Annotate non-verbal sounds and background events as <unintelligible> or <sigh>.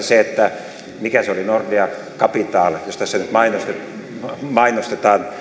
<unintelligible> se että mikä se oli nordea capital jos tässä nyt mainostetaan